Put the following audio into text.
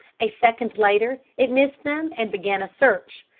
a second later it missed them and began a search.